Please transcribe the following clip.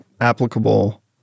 applicable